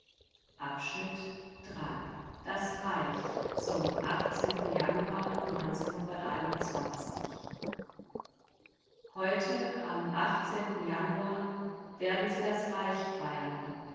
volks-zeitung januar das reich zum januar heute am januar werden sie das reich feiern